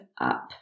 up